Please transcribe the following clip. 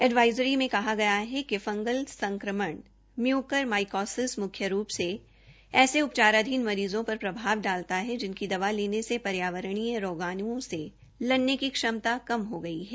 advisory में कहा गया है कि फंग संक्रमण मयूकर माईकोसिस मुख्य रूप से ऐसे उपचाराधीन मरीज़ों पर प्रभाव डालता है जिनकी दवा लेने से पर्यावरणीय रोगाणुओं से लड़ने की क्षमता कम हो गई हो